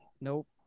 Nope